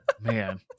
Man